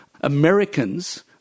Americans